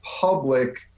public